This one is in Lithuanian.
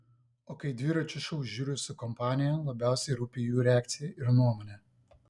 o kai dviračio šou žiūriu su kompanija labiausiai rūpi jų reakcija ir nuomonė